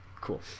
Cool